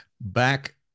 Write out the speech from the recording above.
back